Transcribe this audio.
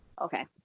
Okay